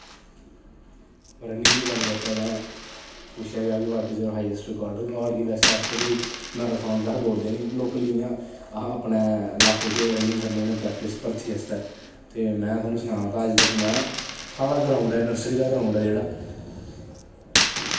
running दी गल्ल करचै तां पुच्छेआ गेदा ऐ कि but is your highest record record गी बैसे अस ते कोई मैराथान ते अस दौड़दे नी लोकली इ'यां अस अपने लाह्के च रनिंग करने होन्ने प्रैक्टिस भर्थी आस्तै ते में थोआनू सनां ते अज्ज तक में साढ़ा ग्राउंड ऐ नर्सरी दा ग्राउंड ऐ जेह्ड़ा